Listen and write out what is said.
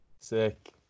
Sick